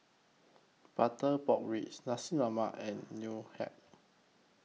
Butter Pork Ribs Nasi Lemak and Ngoh Hiang